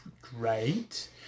great